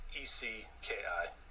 E-C-K-I